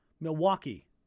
milwaukee